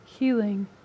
Healing